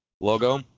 logo